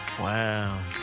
wow